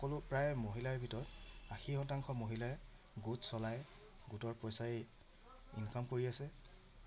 সকলো প্ৰায় মহিলাৰ ভিতৰত আশী শতাংশ মহিলাই গোট চলাই গোটৰ পইচাৰেই ইনকাম কৰি আছে